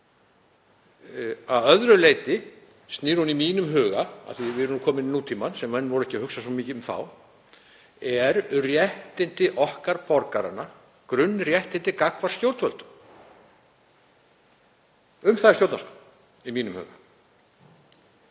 það. Að öðru leyti snýst stjórnarskráin í mínum huga, af því að við erum komin í nútímann, sem menn voru ekki að hugsa svo mikið um þá, um réttindi okkar borgaranna, grunnréttindi gagnvart stjórnvöldum. Um það er stjórnarskrá í mínum huga.